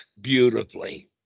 beautifully